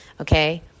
Okay